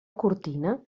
cortina